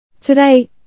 Today